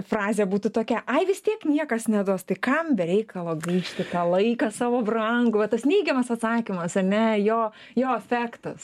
frazė būtų tokia ai vis tiek niekas neduos tai kam be reikalo gaišti laiką savo brangų va tas neigiamas atsakymas ar ne jo jo efektas